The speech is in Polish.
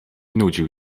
nudził